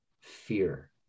fear